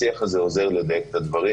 השיח הזה עוזר לדייק את הדברים,